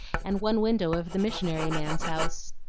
and one window of the missionary man's house.